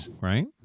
right